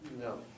No